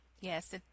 Yes